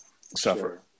suffer